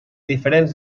diferents